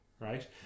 right